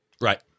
Right